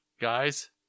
Guys